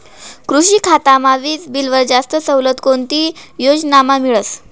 कृषी खातामा वीजबीलवर जास्त सवलत कोणती योजनामा मिळस?